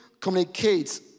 communicates